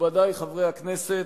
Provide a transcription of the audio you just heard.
מכובדי חברי הכנסת,